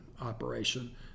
operation